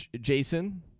Jason